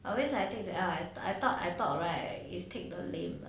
always I take the L I thought I thought right is take the lame